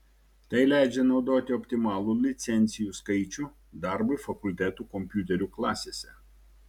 tai leidžia naudoti optimalų licencijų skaičių darbui fakultetų kompiuterių klasėse